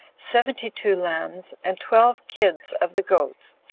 seventy-two lambs, and twelve kids of the goats,